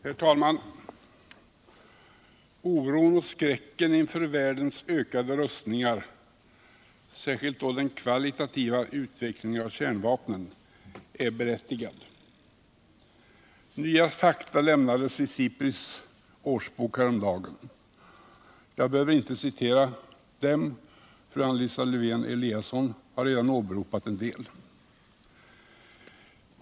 Herr talman! Oron och skräcken inför världens ökade rustningar — särsk ilt då den kvalitativa utvecklingen av kirnvapnen — är berättigad. Nva fakta kimnades i SIPRIE:s årsbok häromdagen: jag behöver inte citera dem, eftersom fru Anna Lisa Lewén-Eliasson redan har åberopat en del.